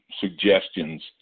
suggestions